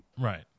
Right